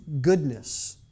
goodness